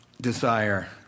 desire